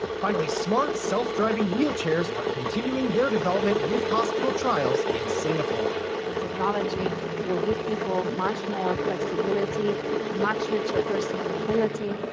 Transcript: finally, smart self-driving wheelchairs are continuing their development with hospitals trials in singapore. the technology will give people much more flexibility and much richer personal mobility.